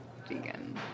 vegan